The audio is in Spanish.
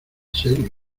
serio